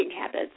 habits